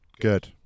good